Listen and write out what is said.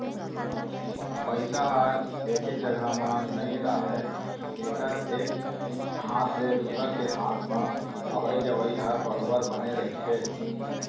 पइसा ह एके जघा म नइ राहय एकर एक हाथ ले दुसर के हात म अवई जवई ह बरोबर बने रहिथे